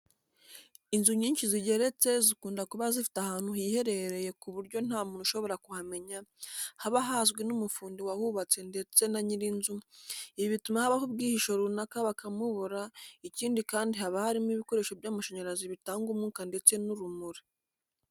Inzu nyinshi zigeretse zikunda kuba zifite ahantu hiherereye ku buryo nta muntu ushobora kuhamenya, haba hazwi n'umufundi wahubatse ndetse na nyir'inzu, ibi bituma habaho ubwihisho runaka bakamubura, ikindi kandi haba harimo ibikoresho by'amashanyarazi bitanga umwuka ndetse n'urumuri.